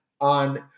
on